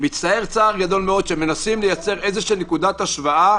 שמנסים לייצר נקודת השוואה